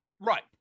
Right